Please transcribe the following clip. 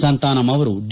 ಸಂತಾನಮ್ ಅವರು ಡಿ